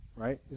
Right